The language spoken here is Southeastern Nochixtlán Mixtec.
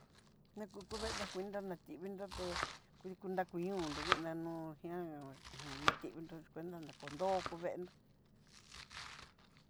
Nakukuveena cuenta ná kivii nroté kudii kú nraku ñóo nró diná no'o njian, nativinro cuanta ná kondó kuveendó.